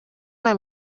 una